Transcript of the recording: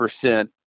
percent